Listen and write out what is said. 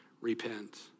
repent